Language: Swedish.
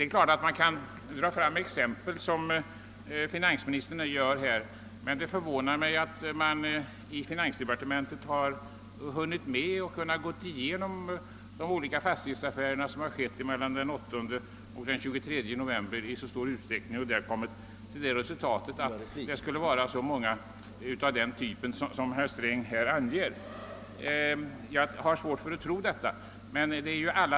Självfallet kan man anföra sådana exempel som finansministern redovisar, men det förvånar mig att man i finansdepartementet hunnit gå igenom de olika fastighetsaffärer som skett mellan den 8 och 23 november i så stor utsträckning, att man kan säga att det förekommer många fall av detta slag. Jag har svårt att tro att så skulle vara fallet.